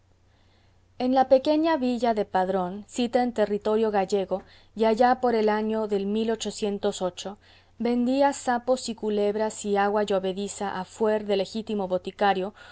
en la pequeña villa del padrón sita en territorio gallego y allá por el año del vendía sapos y culebras y agua llovediza a fuer de legítimo boticario